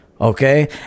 Okay